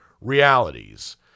realities